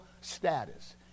status